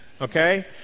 okay